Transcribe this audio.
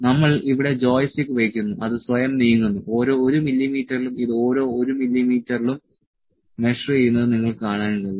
നമ്മൾ ഇവിടെ ജോയിസ്റ്റിക്ക് വയ്ക്കുന്നു അത് സ്വയം നീങ്ങുന്നു ഓരോ 1 മില്ലീമീറ്ററിലും ഇത് ഓരോ 1 മില്ലീമീറ്ററിലും മെഷർ ചെയ്യുന്നത് നിങ്ങൾക്ക് കാണാൻ കഴിയും